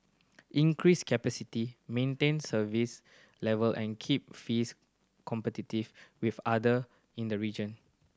increase capacity maintain service level and keep fees competitive with other in the region